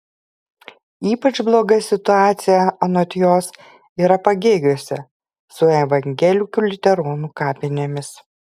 ypač bloga situacija anot jos yra pagėgiuose su evangelikų liuteronų kapinėmis